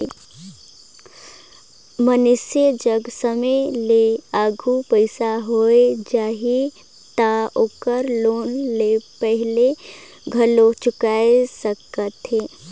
मइनसे जघा समे ले आघु पइसा होय जाही त ओहर लोन ल पहिले घलो चुकाय सकथे